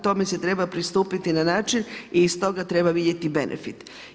Tome se treba pristupiti na način i iz toga treba vidjeti benefit.